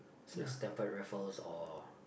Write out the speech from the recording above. Sir-Stamford-Raffles or